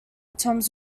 toms